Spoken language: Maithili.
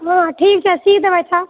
हँ ठीक छै सी देबै तऽ